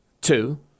Two